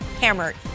hammered